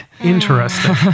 Interesting